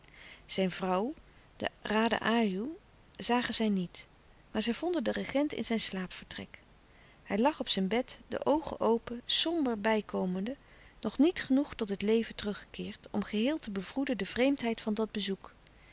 zijne vrouw de raden ajoe zagen zij niet maar zij vonden den regent in zijn slaapvertrek hij lag op zijn bed de oogen open somber bijkomende nog niet genoeg tot het leven teruggekeerd om geheel te bevroeden de vreemdheid van dat bezoek